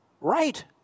right